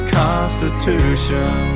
constitution